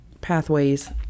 pathways